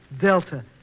Delta